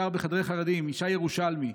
העיתונאי של אתר בחדרי חרדים ישי ירושלמי,